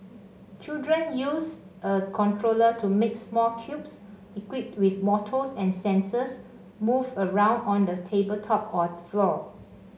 children use a controller to make small cubes equipped with motors and sensors move around on a tabletop or floor